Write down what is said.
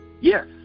Yes